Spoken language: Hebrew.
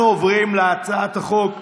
אנחנו עוברים להצעת החוק השנייה,